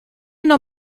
non